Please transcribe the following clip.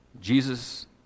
Jesus